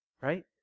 Right